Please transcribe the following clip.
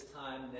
time